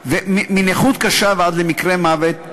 מנכות קשה ועד למקרי מוות,